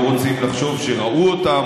לא רוצים לחשוב שראו אותם,